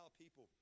people